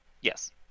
Yes